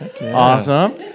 Awesome